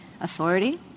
authority